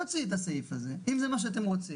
נוציא את הסעיף הזה, אם זה מה שאתם רוצים.